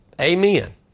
Amen